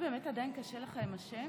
אנחנו ממשיכים בסדר-היום,